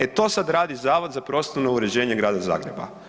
E to sad radi Zavod za prostorno uređenje Grada Zagreba.